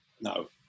No